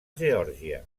geòrgia